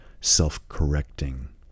self-correcting